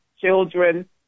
children